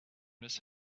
miss